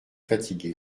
fatigué